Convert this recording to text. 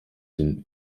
den